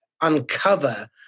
uncover